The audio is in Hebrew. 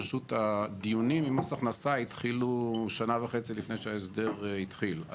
פשוט הדיונים עם מס הכנסה התחילו שנה וחצי לפני שההסדר התחיל.